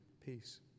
peace